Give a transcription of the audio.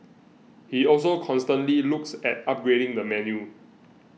he also constantly looks at upgrading the menu